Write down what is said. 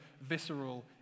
visceral